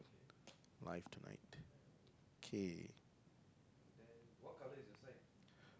live tonight okay